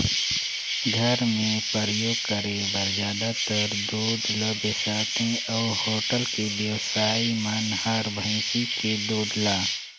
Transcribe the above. घर मे परियोग करे बर जादातर दूद ल बेसाथे अउ होटल के बेवसाइ मन हर भइसी के दूद ल